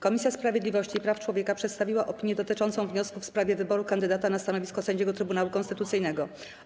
Komisja Sprawiedliwości i Praw Człowieka przedstawiła opinię dotyczącą wniosku w sprawie wyboru kandydata na stanowisko sędziego Trybunału Konstytucyjnego.